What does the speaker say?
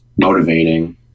motivating